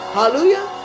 Hallelujah